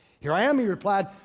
here i am, he replied.